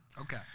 Okay